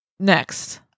Next